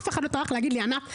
אף אחד לא טרח להגיד לי: ענת,